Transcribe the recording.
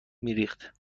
میریخت